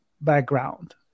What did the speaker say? background